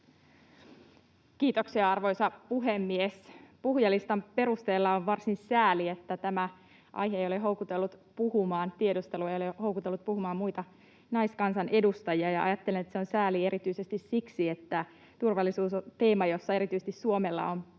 Kiitoksia, arvoisa puhemies! Puhujalistan perusteella on varsin sääli, että tämä aihe, tiedustelu, ei ole houkutellut muita naiskansanedustajia puhumaan, ja ajattelen, että se on sääli erityisesti siksi, että turvallisuus on teema, jossa erityisesti Suomella on